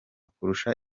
kurusha